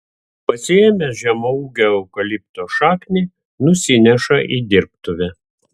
pasiėmęs žemaūgio eukalipto šaknį nusineša į dirbtuvę